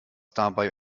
dabei